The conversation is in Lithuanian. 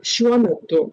šiuo metu